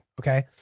Okay